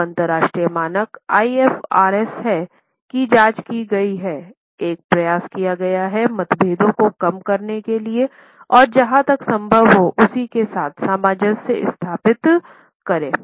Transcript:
अब अंतर्राष्ट्रीय मानक IFRS है की जांच की गई है एक प्रयास किया गया है मतभेदों को कम करने के लिए और जहाँ तक संभव हो उसी के साथ सामंजस्य स्थापित करें